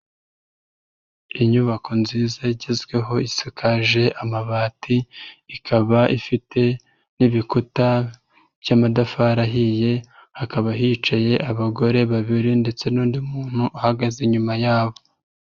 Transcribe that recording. Inyubako nziza igezweho isakaje amabati ikaba ifite n'ibikuta by'amatafari ahiye hakaba hicaye abagore babiri ndetse n'undi muntu uhagaze inyuma yabo.